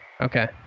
Okay